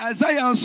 Isaiah